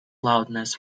loudness